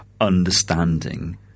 understanding